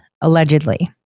allegedly